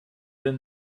than